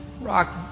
rock